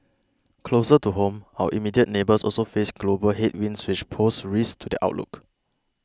closer to home our immediate neighbours also face global headwinds which pose risks to their outlook